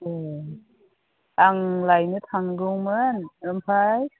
ए आं लायनो थांगौमोन ओमफ्राय